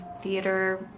theater